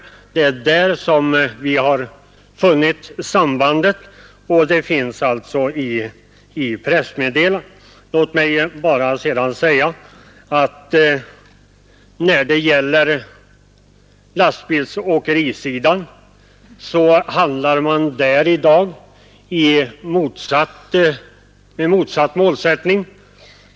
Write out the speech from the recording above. Det är där som vi har funnit sambandet. Låt mig sedan bara erinra om att på lastbilsåkerisidan arbetar man i dag med motsatt målsättning.